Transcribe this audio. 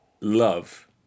love